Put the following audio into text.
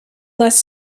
less